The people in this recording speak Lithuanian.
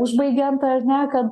užbaigiant ar ne kad